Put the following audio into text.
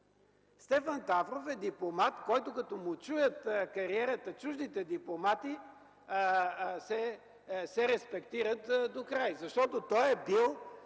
Стефан Тафров е дипломат, на когото като му чуят кариерата чуждите дипломати, се респектират докрай, защото той е бил